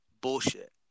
Bullshit